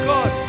God